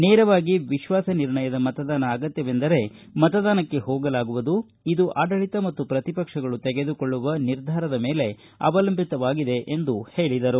ನೇರವಾಗಿ ವಿಶ್ವಾಸ ನಿರ್ಣಯದ ಮತದಾನ ಅಗತ್ಯವೆಂದರೆ ಮತದಾನಕ್ಕೆ ಹೋಗಲಾಗುವುದು ಇದು ಆಡಳಿತ ಮತ್ತು ಪ್ರತಿ ಪಕ್ಷಗಳು ತೆಗೆದುಕೊಳ್ಳುವ ನಿರ್ಧಾರದ ಮೇಲೆ ಅವಲಂಬಿತವಾಗಿದೆ ಎಂದು ಹೇಳಿದರು